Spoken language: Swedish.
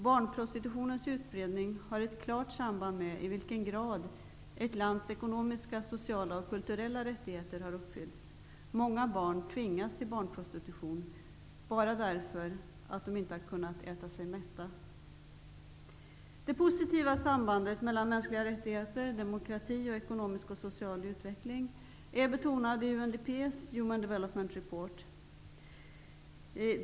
Barnprostitutionens utbredning har ett klart samband med i vilken grad ett lands ekonomiska, sociala och kulturella rättigheter har uppfyllts. Många barn tvingas till prostitution bara därför att de inte kunnat äta sig mätta. Det positiva sambandet mellan mänskliga rättigheter, demokrati samt ekonomisk och social utveckling är betonad i UNDP:s ''Human Development Report''.